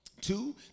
Two